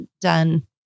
done